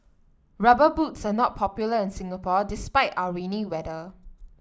rubber boots are not popular in Singapore despite our rainy weather